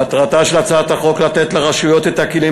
מטרתה של הצעת החוק לתת לרשויות את הכלים